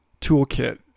toolkit